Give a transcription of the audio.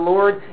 Lord